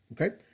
Okay